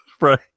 Right